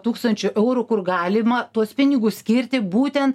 tūkstančių eurų kur galima tuos pinigus skirti būtent